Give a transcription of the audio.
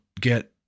get